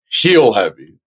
heel-heavy